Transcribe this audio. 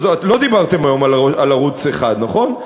אז, לא דיברתם היום על ערוץ 1, נכון?